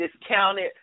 discounted